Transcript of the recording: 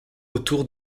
autour